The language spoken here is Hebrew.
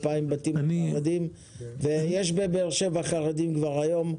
2,000 דירות לחרדים ויש בבאר שבע חרדים כבר היום,